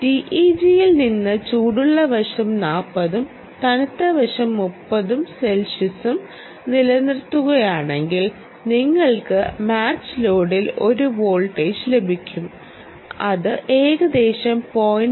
TEG ൽ നിന്ന് ചൂടുള്ള വശം 40 ഉം തണുത്ത വശം 30 സെൽഷ്യസും നിലനിർത്തുന്നുവെങ്കിൽ നിങ്ങൾക്ക് മാച്ച് ലോഡിൽ ഒരു വോൾട്ടേജ് ലഭിക്കും അത് ഏകദേശം 0